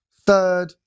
Third